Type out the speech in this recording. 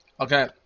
Okay